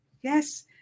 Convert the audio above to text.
Yes